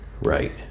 Right